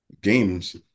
games